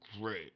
great